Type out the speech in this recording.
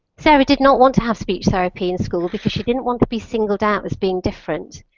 sarah did not want to have speech therapy in school because she didn't want to be singled out as being different.